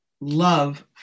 love